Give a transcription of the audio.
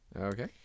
okay